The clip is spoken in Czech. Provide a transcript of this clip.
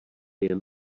jen